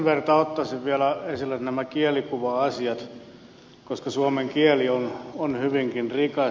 tästä ottaisin vielä esille kielikuva asiat koska suomen kieli on hyvinkin rikas